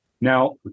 Now